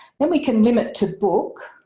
then we can limit to the book,